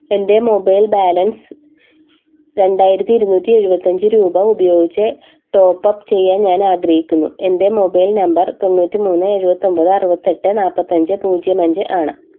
എൻ്റെ mobile balance രണ്ടായിരത്തി ഇരുന്നൂറ്റി എഴുപത്തിയഞ്ച് രൂപ ഉപയോഗിച്ച് ടോപ്പപ്പ് ചെയ്യാൻ ഞാനാഗ്രഹിക്കുന്നു എൻ്റെ മൊബൈൽ നമ്പർ തൊണ്ണൂറ്റിമൂന്ന് എഴുപത്തിയൊമ്പത് അറുപത്തിയെട്ട് നാല്പ്പത്തിയഞ്ച് പൂജ്യം അഞ്ചാണ്